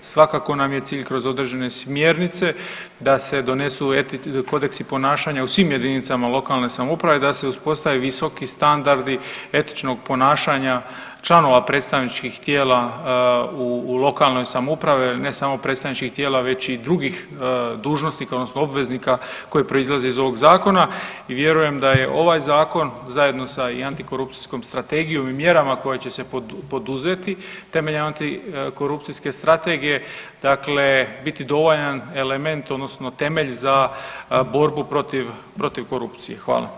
Svakako nam je cilj kroz određene smjernice da se donesu kodeksi ponašanja u svim JLS, da se uspostave visoki standardi etičnog ponašanja članova predstavničkih tijela u lokalnoj samoupravi, ne samo predstavničkih tijela već i drugih dužnosnika odnosno obveznika koji proizlaze iz ovog zakona i vjerujem da je ovaj zakon zajedno sa i Antikorupcijskom strategijom i mjerama koje će se poduzeti temeljem Antikorupcijske strategije dakle biti dovoljan element odnosno temelj za borbu protiv, protiv korupcije.